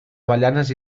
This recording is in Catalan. avellanes